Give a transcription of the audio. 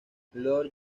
lord